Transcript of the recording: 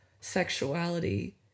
sexuality